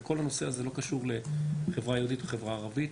כל הנושא הזה לא קשור לחברה יהודית או חברה ערבית,